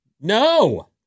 No